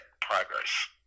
Progress